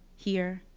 here,